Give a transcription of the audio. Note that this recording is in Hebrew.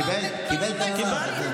קיבל את ההערה.